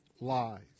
lies